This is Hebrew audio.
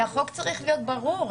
כי החוק צריך להיות ברור.